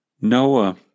Noah